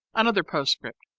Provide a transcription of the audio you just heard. another postscript.